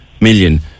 million